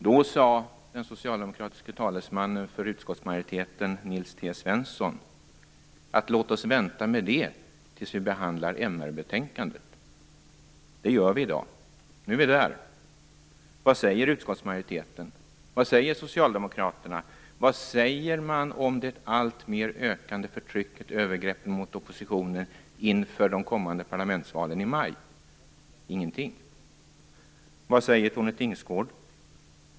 Då sade den socialdemokratiske talesmannen för utskottsmajoriteten Nils T Svensson att vi skulle vänta med denna fråga tills MR-betänkandet skulle behandlas. Det gör vi i dag. Nu är betänkandet här. Vad säger utskottsmajoriteten? Vad säger Socialdemokraterna? Vad säger man om det alltmer ökande förtrycket och övergreppen mot oppositionen inför de kommande parlamentsvalen i maj? Ingenting. Vad säger Tone Tingsgård?